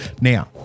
Now